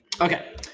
okay